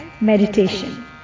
meditation